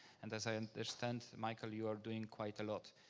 and as i understand, michael, you are doing quite a lot.